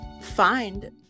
find